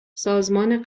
سازمان